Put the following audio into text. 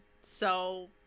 so-